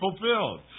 fulfilled